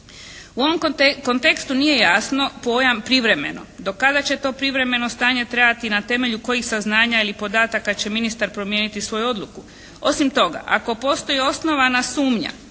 U ovom kontekstu nije jasno pojam «privremeno». Do kada će to privremeno stanje trajati? Na temelju kojih saznanja ili podataka će ministar promijeniti svoju odluku? Osim toga ako postoji osnovana sumnja